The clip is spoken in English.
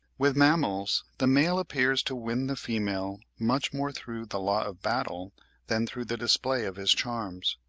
with mammals the male appears to win the female much more through the law of battle than through the display of his charms.